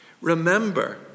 remember